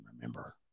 remember